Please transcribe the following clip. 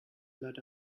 lot